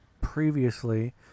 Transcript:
Previously